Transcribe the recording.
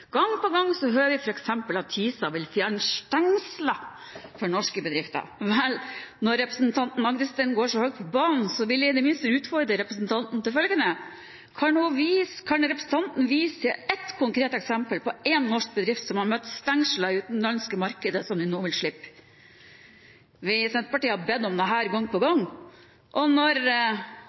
Gang på gang hører vi f.eks. at TISA vil fjerne «stengsler» for norske bedrifter. Vel, når representanten Rodum Agdestein går så høyt på banen, vil jeg i det minste utfordre representanten til følgende: Kan representanten vise til ett konkret eksempel på én norsk bedrift som har møtt «stengsler» i utenlandske markeder som de nå vil slippe? Vi i Senterpartiet har bedt om dette gang på gang. Når